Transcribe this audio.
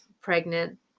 pregnant